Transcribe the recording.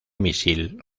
misil